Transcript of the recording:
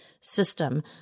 system